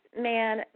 man